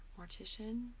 mortician